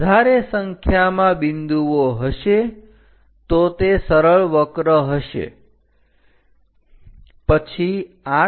વધારે સંખ્યામાં બિંદુઓ હશે તો તે સરળ વક્ર હશે પછી 8 અને 9